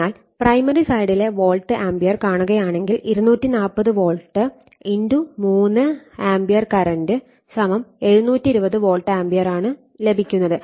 അതിനാൽ പ്രൈമറി സൈഡിലെ volt ampere കാണുകയാണെങ്കിൽ 240 volt 3 ampere current 720 volt ampere ആണ് ലഭിക്കുന്നത്